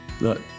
Look